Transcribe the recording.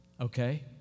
Okay